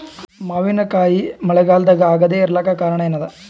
ಮಾವಿನಕಾಯಿ ಮಳಿಗಾಲದಾಗ ಆಗದೆ ಇರಲಾಕ ಕಾರಣ ಏನದ?